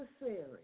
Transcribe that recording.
necessary